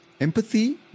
empathy